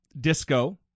Disco